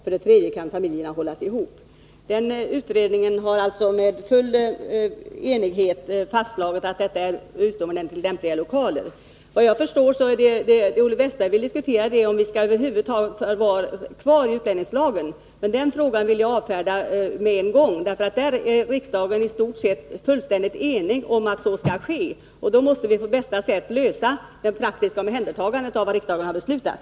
För det tredje kan familjerna hållas ihop.” Utredningen har alltså i full enighet fastslagit att detta är utomordentligt lämpliga lokaler. Såvitt jag förstår vill Olle Wästberg i Stockholm diskutera om vi över huvud taget skall ha kvar förvarsinstitutet i utlänningslagen. Men den frågan vill jag avfärda med en gång, därför att riksdagen i stort sett är enig om att vi skall ha denna lag. Och då måste vi på bästa sätt lösa problemet med det praktiska omhändertagandet, som blir en följd av det riksdagen har beslutat.